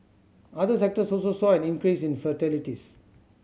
other sectors also saw an increase in fatalities